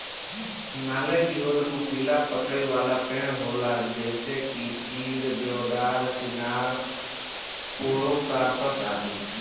हिमालय की ओर नुकीला पतइ वाला पेड़ होला जइसे की चीड़, देवदार, चिनार, पोड़ोकार्पस आदि